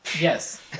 Yes